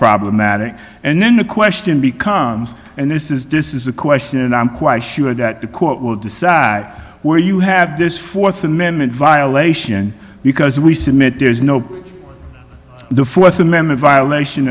problematic and then the question becomes and this is this is the question and i'm quite sure that the court will decide where you have this th amendment violation because we submit there's no the th amendment violation